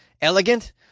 elegant